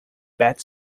bat